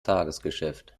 tagesgeschäft